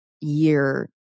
year